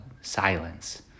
Silence